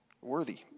worthy